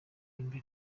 imbere